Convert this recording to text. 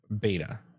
beta